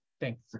Thanks